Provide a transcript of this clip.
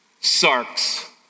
sarks